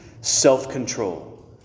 self-control